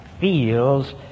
feels